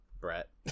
Brett